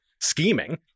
scheming